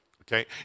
okay